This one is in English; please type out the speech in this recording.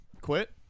Quit